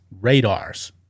Radars